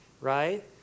right